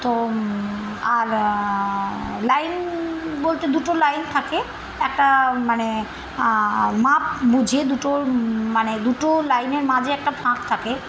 তো আর লাইন বলতে দুটো লাইন থাকে একটা মানে মাপ বুঝে দুটো মানে দুটো লাইনের মাঝে একটা ফাঁক থাকে